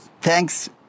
thanks